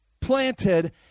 planted